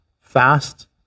fast